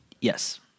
Yes